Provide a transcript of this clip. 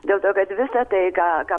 dėl to kad visa tai ką ką